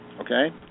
Okay